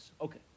Okay